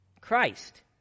Christ